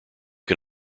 can